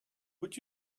would